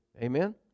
Amen